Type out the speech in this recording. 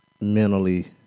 mentally